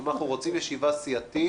אם אנחנו רוצים ישיבה סיעתית